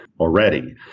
already